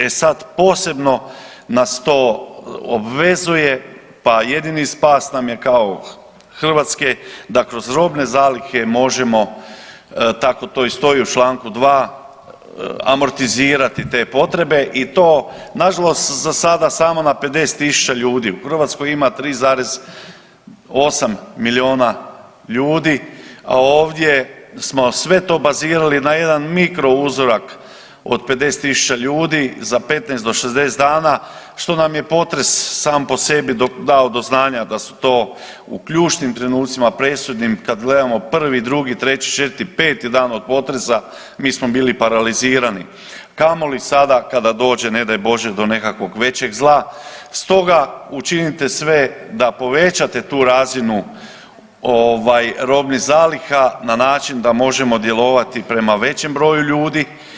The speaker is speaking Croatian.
E sad, posebno nas to obvezuje, pa jedini spas nam je kao Hrvatske da kroz robne zalihe možemo tako to i stoji u čl. 2, amortizirati te potrebe i to nažalost za sada samo na 50 tisuća ljudi, u Hrvatskoj ima 3,8 milijuna ljudi, a ovdje smo sve to bazirali na jedan mikrouzorak od 50 tisuća ljudi za 15 do 60 dana, što nam je potres sam po sebi dao do znanja da su to u ključnim trenucima presudnim, kad gledamo 1., 2., 3., 4., 5. Dan od potresa, mi smo bili paralizirali, kamoli sada kada dođe, ne daj Bože do nekakvog većeg zla, stoga učinite sve ga povećate tu razinu ovaj, robnih zaliha na način da možemo djelovati prema većem broju ljudi.